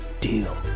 Deal